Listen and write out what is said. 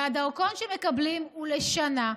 הדרכון שמקבלים הוא לשנה.